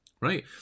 right